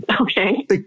Okay